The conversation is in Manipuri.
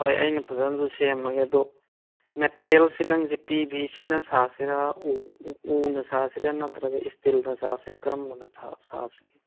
ꯍꯣꯏ ꯑꯩꯅ ꯐꯖꯅꯁꯨ ꯁꯦꯝꯃꯒꯦ ꯑꯗꯨ ꯃꯦꯇꯔꯦꯜꯁꯦ ꯅꯪꯁꯦ ꯄꯤ ꯚꯤ ꯁꯤꯅ ꯁꯥꯁꯤꯔꯥ ꯎꯅ ꯁꯥꯁꯤꯔꯥ ꯅꯠꯇ꯭ꯔꯒ ꯏꯁꯇꯤꯜꯅ ꯁꯥꯁꯤꯔꯥ ꯀꯔꯝꯕꯅ ꯁꯥꯁꯤꯒꯦ